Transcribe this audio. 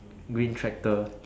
green tractor